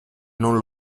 non